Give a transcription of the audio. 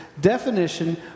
definition